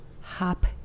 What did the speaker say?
hop